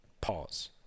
Pause